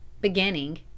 beginning